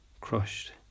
crushed